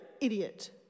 idiot